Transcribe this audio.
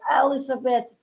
Elizabeth